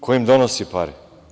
Ko im donosi pare?